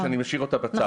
שאני משאיר אותה בצד.